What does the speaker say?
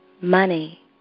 money